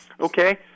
Okay